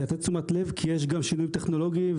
ולתת תשומת לב שיש שינויים טכנולוגיים,